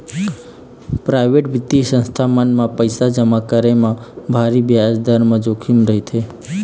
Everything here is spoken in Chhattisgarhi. पराइवेट बित्तीय संस्था मन म पइसा जमा करे म भारी बियाज दर म जोखिम रहिथे